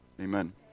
amen